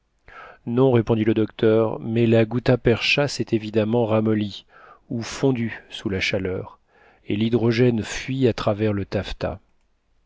non répondit le docteur mais la gutta-percha s'est évidemment ramollie ou fondue sous la chaleur et l'hydrogène fuit à travers le taffetas